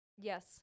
Yes